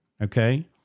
Okay